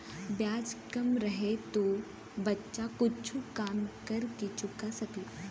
ब्याज कम रहे तो बच्चा कुच्छो काम कर के चुका सकला